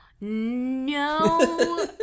No